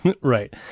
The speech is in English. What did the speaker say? Right